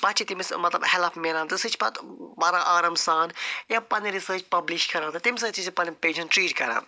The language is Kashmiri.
پَتہٕ چھِ تٔمِس مطلب ہٮ۪لَپ مِلان تہٕ سُہ چھِ پتہٕ پران آرام سان یا پنٕنۍ رِسٲرٕچ پبلِش کران تہٕ تَمہِ سۭتۍ تہِ چھِ پنٕنۍ پٮ۪شنٛٹ ٹرٛیٖٹ کران